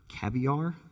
Caviar